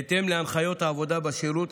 בהתאם להנחיות העבודה בשירות,